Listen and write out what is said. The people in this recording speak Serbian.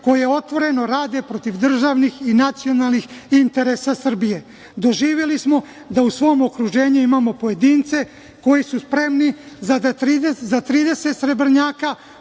koje otvoreno rade protiv državnih i nacionalnih interesa Srbije. Doživeli smo da u svom okruženju imamo pojedince koji su spremni da za 30 srebrnjaka